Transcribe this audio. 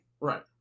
Right